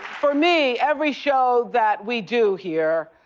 for me, every show that we do here